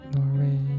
Norway